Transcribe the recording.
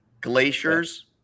Glaciers